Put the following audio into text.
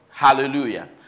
Hallelujah